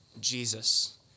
Jesus